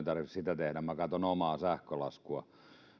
tarvitse sitä tehdä katson omaa sähkölaskua